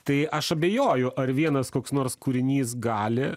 tai aš abejoju ar vienas koks nors kūrinys gali